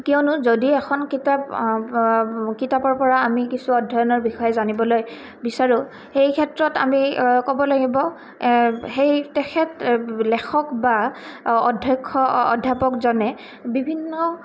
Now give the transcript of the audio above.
কিয়নো যদি এখন কিতাপ কিতাপৰ পৰা আমি কিছু অধ্যয়নৰ বিষয়ে জানিবলৈ বিচাৰোঁ সেই ক্ষেত্ৰত আমি ক'ব লাগিব সেই তেখেত লেখক বা অধক্ষ্য অধ্যাপকজনে বিভিন্ন